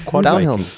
Downhill